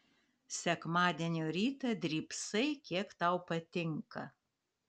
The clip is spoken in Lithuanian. sekmadienio rytą drybsai kiek tau patinka